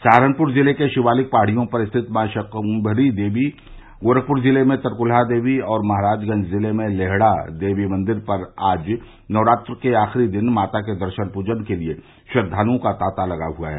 सहारनपुर जिले के शिवालिक पहाड़ियों पर स्थित मो शाकुम्मरी देवी मंदिर गोरखपुर जिले में तरकुलह देवी मंदिर और महराजगंज जिले में स्थित लेहड़ा देवी मंदिर पर भी आज नवरात्र के आखिरी दिन माता के दर्शन पूजन के लिए श्रद्वाल्ओं का तांता लगा हुआ है